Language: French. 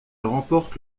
remporte